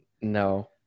No